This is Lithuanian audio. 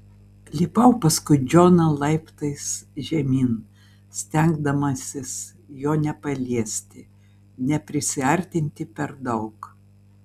lipau paskui džoną laiptais žemyn stengdamasis jo nepaliesti neprisiartinti per daug